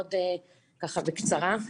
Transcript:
מאוד ככה בקצרה.